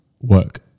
work